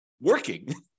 working